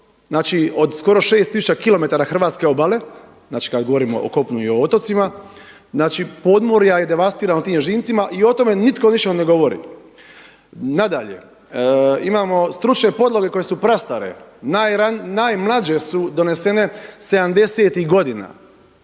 od skoro 6 tisuća km hrvatske obale, znači kada govorio o kopnu i o otocima, znači podmorja je devastirano tim ježincima i o tome nitko ništa ne govori. Nadalje, imamo stručne podloge koje su prastare, najmlađe su donesene '70.-tih godina.